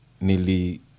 nearly